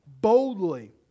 boldly